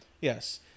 yes